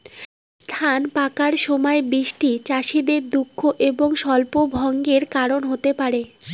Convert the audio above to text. ধান পাকার সময় বৃষ্টি চাষীদের দুঃখ এবং স্বপ্নভঙ্গের কারণ হতে পারে